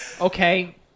Okay